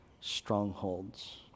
strongholds